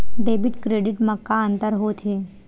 Debit credit मा का अंतर होत हे?